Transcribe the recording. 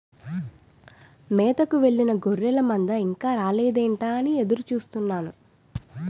మేతకు వెళ్ళిన గొర్రెల మంద ఇంకా రాలేదేంటా అని ఎదురు చూస్తున్నాను